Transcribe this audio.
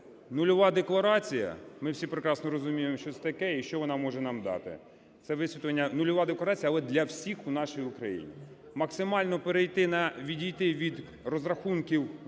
нульова декларація. Ми всі прекрасно розуміємо, що це таке і що вона може нам дати, це висвітлення... нульова декларація, але для всіх в нашій Україні. Максимально перейти на... відійти від розрахунків